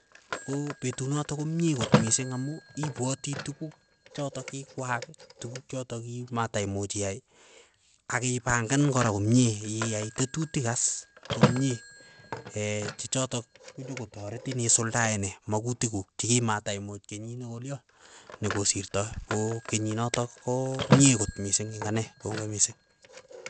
Ko petut notok komie kot mising amu ipwoti tukuk chotok kikwaak tukuk chotok kimataimuuch iyai, akipangan kora komie, iyai tetutik as komie chechotok konyokotaretin isuldae ne, magutik kuk chikimataimuch kenyin nokolyon, nokosirtoi, ko kenyinotok ko mie akot mising ing' ane, kongoi mising.